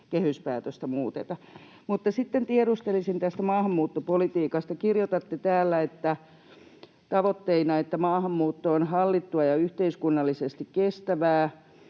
kehyspäätöstä muuteta. Mutta sitten tiedustelisin tästä maahanmuuttopolitiikasta. Kirjoitatte täällä tavoitteina, että maahanmuutto on hallittua ja yhteiskunnallisesti kestävää